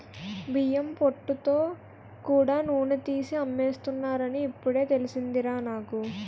బియ్యం పొట్టుతో కూడా నూనె తీసి అమ్మేస్తున్నారని ఇప్పుడే తెలిసిందిరా నాకు